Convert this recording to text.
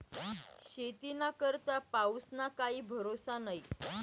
शेतीना करता पाऊसना काई भरोसा न्हई